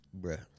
bruh